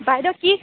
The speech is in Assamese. বাইদেউ কি